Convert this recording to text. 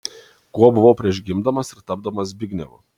kuo buvau prieš gimdamas ir tapdamas zbignevu